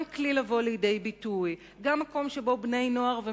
גם כלי כדי לבוא לידי ביטוי,